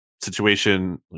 situation